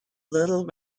little